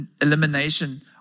elimination